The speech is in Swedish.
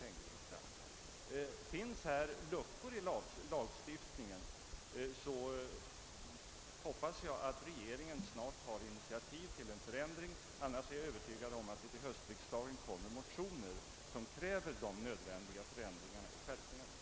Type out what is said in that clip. Finns det på denna punkt luckor i lagstiftningen, hoppas jag att regeringen snart tar initiativ till en ändring. Annars är jag övertygad om att det till höstriksdagen kommer motioner som kräver de nödvändiga ändringarna av lagen.